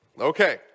Okay